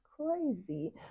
crazy